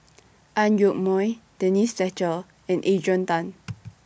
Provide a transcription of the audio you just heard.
Ang Yoke Mooi Denise Fletcher and Adrian Tan